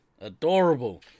adorable